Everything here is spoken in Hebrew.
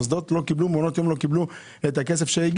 שיש מעונות יום שעדיין לא קיבלו את הכסף.